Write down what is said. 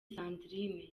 sandrine